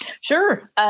Sure